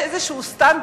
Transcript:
יש איזה סטנדרט